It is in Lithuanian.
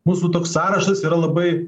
mūsų toks sąrašas yra labai